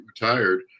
retired